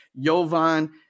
Jovan